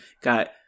got